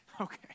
okay